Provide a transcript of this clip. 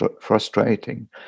frustrating